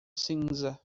cinza